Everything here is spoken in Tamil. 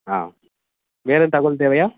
ஆ வேற ஏதாது தகவல் தேவையா